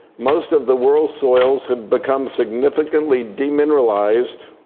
most of the world's soils have become significantly demineralized,